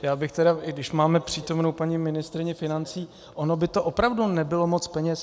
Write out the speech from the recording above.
Já bych tedy , když máme přítomnou paní ministryni financí, ono by to opravdu nebylo moc peněz.